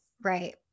Right